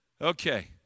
Okay